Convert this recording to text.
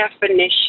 definition